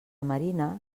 marina